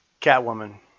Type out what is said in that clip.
Catwoman